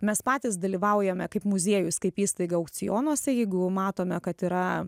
mes patys dalyvaujame kaip muziejus kaip įstaiga aukcionuose jeigu matome kad yra